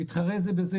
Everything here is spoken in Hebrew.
יתחרה זה בזה,